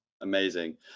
Amazing